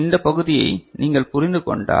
இந்த பகுதியை நீங்கள் புரிந்து கொண்டால்